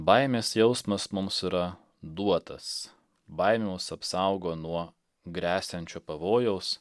baimės jausmas mums yra duotas baimė mus apsaugo nuo gresiančiu pavojaus